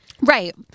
Right